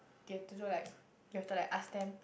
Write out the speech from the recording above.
they have to do like we have to like ask them